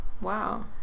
Wow